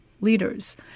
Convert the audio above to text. leaders